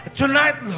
tonight